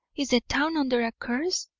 is the town under a curse?